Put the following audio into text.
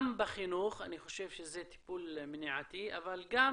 גם בחינוך, אני חושב שזה טיפול מניעתי, אבל גם